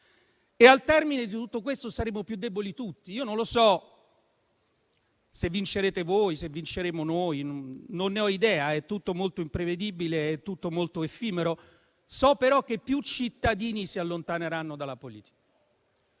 e al termine di tutto questo saremo tutti più deboli. Io non so se vincerete voi o se vinceremo noi, non ne ho idea; è tutto molto imprevedibile ed effimero. So, però, che più cittadini si allontaneranno dalla politica